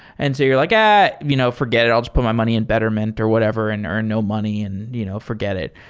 and so you're like, you know forget it. i'll just put my money in betterment or whatever and earn no money and you know forget it.